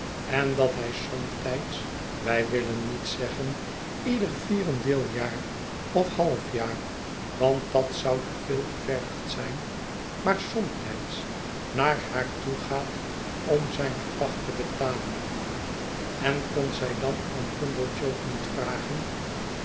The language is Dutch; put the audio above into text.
en dat hij somtijds wij willen niet zeggen ieder vierendeeljaar of halfjaar want dat zou te veel gevergd zijn maar somtijds naar haar toe gaat om zijne pacht te betalen en kon zij dan oom pumblechook niet vragen